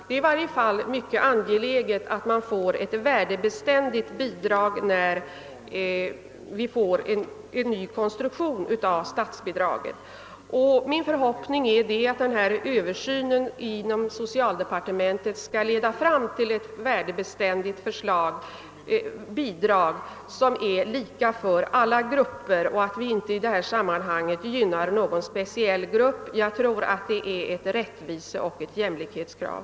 Det är i varje fall mycket angeläget att det blir ett värdebeständigt bidrag, när man gör en ny konstruktion av bidraget. Min förhoppning är att översynen inom socialdepartementet skall leda fram till ett förslag om värdebeständigt bidrag som är lika för alla grupper. Vi bör inte i detta sammanhang gynna någon speciell grupp — jag tror att det är ett rättviseoch ett jämlikhetskrav.